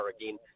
again